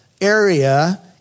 area